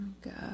God